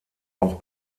auch